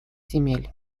земель